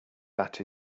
that